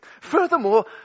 Furthermore